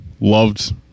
loved